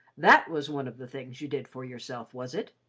that was one of the things you did for yourself, was it?